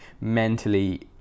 mentally